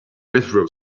withdraw